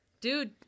dude